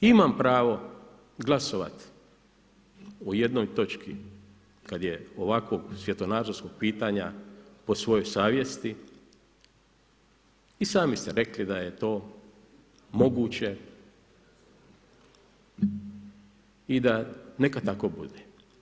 Imam pravo glasovat o jednoj točki kad je ovakvog svjetonazorskog pitanja po svojoj savjesti i sami ste rekli da je to moguće i da neka tako bude.